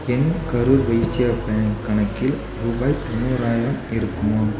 என் Karur Vysya bank கணக்கில் ரூபாய் தொண்ணூறாயிரம் இருக்குமா